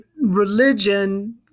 religion